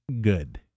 good